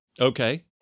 Okay